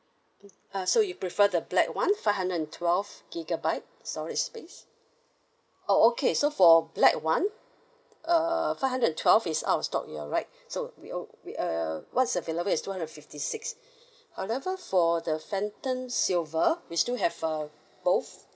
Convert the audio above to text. mm uh so you prefer the black one five hundred and twelve gigabyte storage space oh okay so for black one err five hundred and twelve is out of stock you're right so we okay we uh what's available is one fifty six other first for the phantom silver we still have uh both